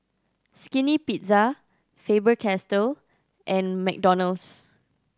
Skinny Pizza Faber Castell and McDonald's